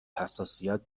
حساسیت